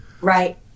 right